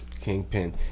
Kingpin